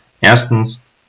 Erstens